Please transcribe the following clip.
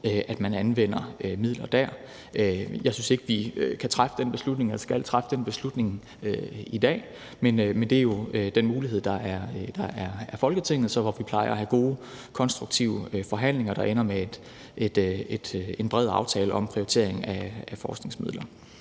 at man anvender midler derfra. Jeg synes ikke, vi kan træffe eller skal træffe den beslutning i dag, men det er jo den mulighed, der er Folketingets, og hvor vi plejer at have gode, konstruktive forhandlinger, der ender med en bred aftale om prioritering af forskningsmidler.